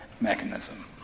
mechanism